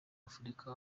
afrika